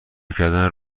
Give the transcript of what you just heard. کردن